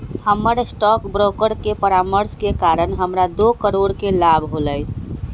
हमर stock broker के परामर्श के कारण हमरा दो करोड़ के लाभ होलय